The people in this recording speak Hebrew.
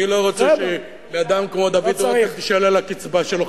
אני לא רוצה שלאדם כמו דוד רותם תישלל הקצבה שלו,